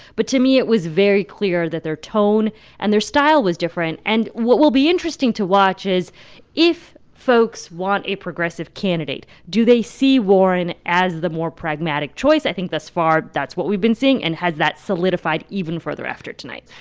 but, to me, it was very clear that their tone and their style was different. and what will be interesting to watch is if folks want a progressive candidate, do they see warren as the more pragmatic choice i think, thus far, that's what we've been seeing and has that solidified even further after tonight?